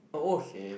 oh okay